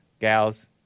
gals